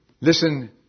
Listen